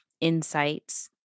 insights